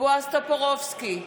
בועז טופורובסקי,